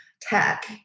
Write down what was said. tech